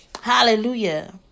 Hallelujah